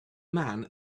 man